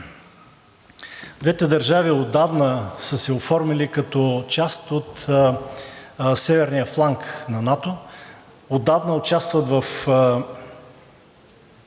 Двете държави отдавна са се оформили като част от северния фланг на НАТО.